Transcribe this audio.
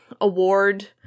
award